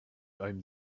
einem